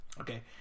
Okay